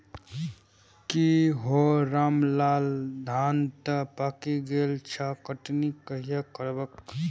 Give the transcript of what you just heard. की हौ रामलाल, धान तं पाकि गेल छह, कटनी कहिया करबहक?